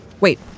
Wait